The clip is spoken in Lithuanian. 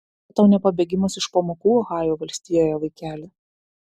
čia tau ne pabėgimas iš pamokų ohajo valstijoje vaikeli